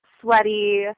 sweaty